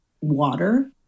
water